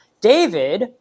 David